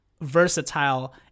versatile